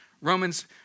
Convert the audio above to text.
Romans